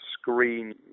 screen